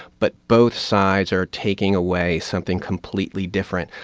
but both sides are taking away something completely different.